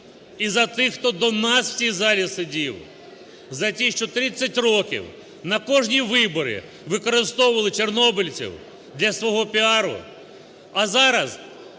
і за тих, хто до нас в цій залі сидів, за ті, що 30 років на кожні вибори використовували чорнобильців для свого піару.